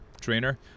trainer